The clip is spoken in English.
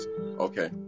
Okay